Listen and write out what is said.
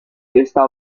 esta